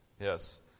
Yes